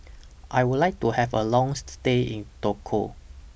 I Would like to Have A Long stay in Togo